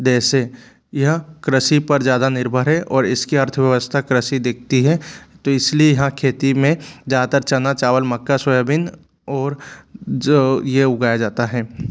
देश है यह कृषि पर ज़्यादा निर्भर है और इसकी अर्थव्यवस्था कृषि दिखती है तो इसीलिए यहाँ खेती में ज़्यादातर चना चावल मक्का सोयाबीन और जो ये उगाया जाता है